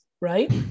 Right